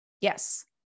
Yes